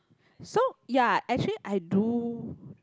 so ya actually I do